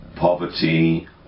poverty